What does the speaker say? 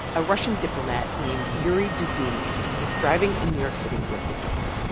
a russian diplomat named yuri dubinin is driving in new york city with his daughter.